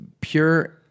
pure